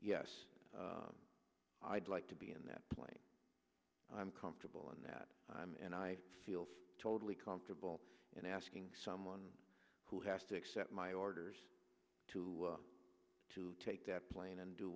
yes i'd like to be in that plane i'm comfortable in that and i feel totally comfortable in asking someone who has to accept my orders to to take that plane and do